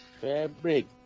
Fabric